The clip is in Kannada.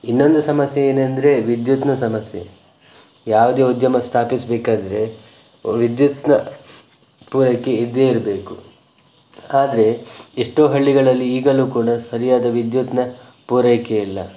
ಇನ್ನೊಂದು ಸಮಸ್ಯೆ ಏನೆಂದರೆ ವಿದ್ಯುತ್ನ ಸಮಸ್ಯೆ ಯಾವುದೇ ಉದ್ಯಮ ಸ್ಥಾಪಿಸಬೇಕಾದರೆ ವಿದ್ಯುತ್ನ ಪೂರೈಕೆ ಇದ್ದೇ ಇರಬೇಕು ಆದರೆ ಎಷ್ಟೋ ಹಳ್ಳಿಗಳಲ್ಲಿ ಈಗಲೂ ಕೂಡ ಸರಿಯಾದ ವಿದ್ಯುತ್ನ ಪೂರೈಕೆ ಇಲ್ಲ